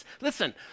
listen